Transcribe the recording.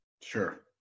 Sure